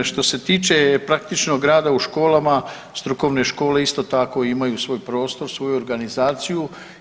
Što se tiče praktičnog rada u školama strukovne škole isto tako imaju svoj prostor, svoju organizaciju.